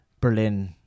Berlin